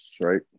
right